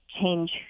change